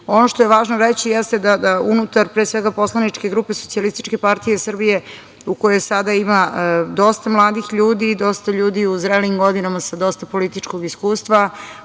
što je važno reći jeste da unutar pre svega poslaničke grupe SPS u kojoj sada ima dosta mladih ljudi i dosta ljudi u zrelim u godinama sa dosta političkog iskustva,